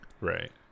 right